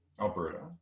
Alberta